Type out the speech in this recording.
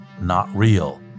not-real